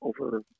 over